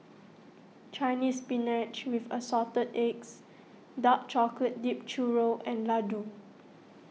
Chinese Spinach with Assorted Eggs Dark Chocolate Dipped Churro and Laddu